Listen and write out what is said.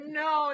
no